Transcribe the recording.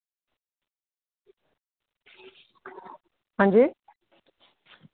हांजी